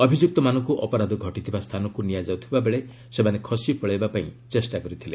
ଅଭିଯୁକ୍ତମାନଙ୍କୁ ଅପରାଧ ଘଟିଥିବା ସ୍ଥାନକ ନିଆଯାଉଥିବାବେଳେ ସେମାନେ ଖସି ପଳାଇବା ପାଇଁ ଚେଷ୍ଟା କରିଥିଲେ